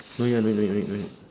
no ya no need no need no need